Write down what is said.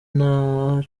nta